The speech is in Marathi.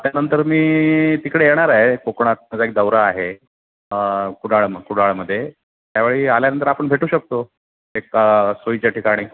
त्यानंतर मी तिकडे येणार आहे कोकणात माझा एक दौरा आहे कुडाळ कुडाळमध्ये त्या वेळी आल्यानंतर आपण भेटू शकतो एक सोयीच्या ठिकाणी